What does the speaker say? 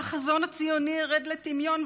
והחזון הציוני ירד לטמיון.